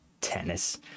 tennis